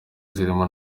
zirimo